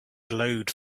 glowed